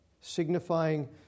signifying